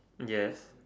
yes